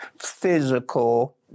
physical